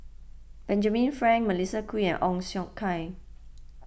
Benjamin Frank Melissa Kwee and Ong Siong Kai